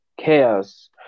chaos